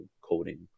coding